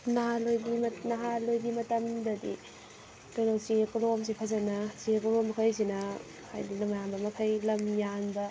ꯅꯍꯥꯟꯋꯥꯏꯒꯤ ꯅꯍꯥꯟꯋꯥꯏꯒꯤ ꯃꯇꯝꯗꯗꯤ ꯀꯩꯅꯣ ꯆꯦ ꯀꯣꯂꯣꯝꯁꯤ ꯐꯖꯅ ꯆꯦ ꯀꯣꯂꯣꯝ ꯃꯈꯩꯁꯤꯅ ꯍꯥꯏꯗꯤ ꯂꯝꯌꯥꯟꯕ ꯃꯈꯩ ꯂꯝꯌꯥꯟꯕ